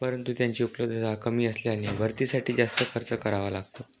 परंतु त्यांची उपलब्धता कमी असल्याने भरतीसाठी जास्त खर्च करावा लागतो